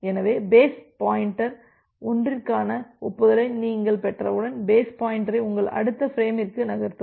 எனவே பேஸ் ஒன்றிற்கான ஒப்புதலை நீங்கள் பெற்றவுடன் பேஸ் பாயின்டரை உங்கள் அடுத்த ஃபிரேமிற்கு நகர்த்தவும்